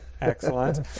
excellent